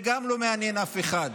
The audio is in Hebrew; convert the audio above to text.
גם זה לא מעניין אף אחד.